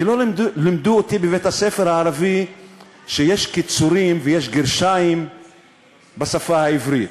כי לא לימדו אותי בבית-הספר הערבי שיש קיצורים ויש גרשיים בשפה העברית.